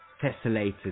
tessellated